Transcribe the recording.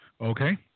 Okay